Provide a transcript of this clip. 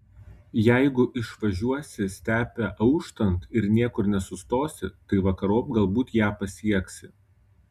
jeigu išvažiuosi stepe auštant ir niekur nesustosi tai vakarop galbūt ją pasieksi